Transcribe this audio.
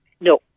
No